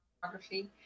photography